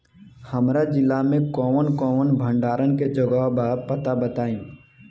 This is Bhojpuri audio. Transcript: हमरा जिला मे कवन कवन भंडारन के जगहबा पता बताईं?